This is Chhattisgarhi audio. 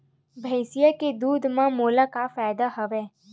भैंसिया के दूध म मोला का फ़ायदा हवय?